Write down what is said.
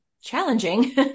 challenging